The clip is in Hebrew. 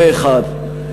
זה, אחד.